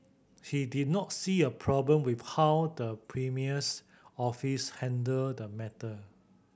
he did not see a problem with how the premier's office handled the matter